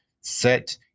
set